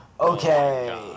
okay